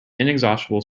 inexhaustible